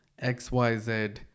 xyz